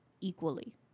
equally